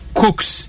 cooks